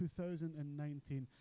2019